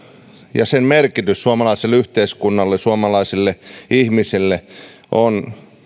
ja sen merkitys suomalaiselle yhteiskunnalle suomalaiselle ihmiselle on